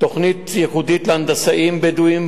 תוכנית ייחודית להנדסאים בדואים,